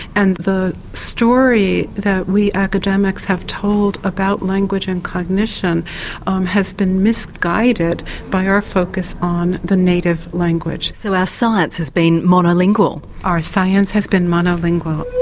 and the story that we academics have told about language and cognition um has been misguided by our focus on the native language. so our science has been monolingual? our science has been monolingual.